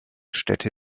städte